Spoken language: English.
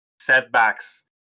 setbacks